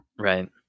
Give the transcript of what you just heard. Right